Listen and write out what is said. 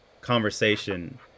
conversation